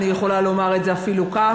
אני יכולה לומר את זה כך,